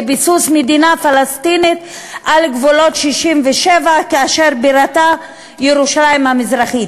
לביסוס מדינה פלסטינית בגבולות 67' שבירתה ירושלים המזרחית.